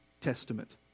Testament